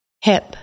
hip